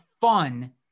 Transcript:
fun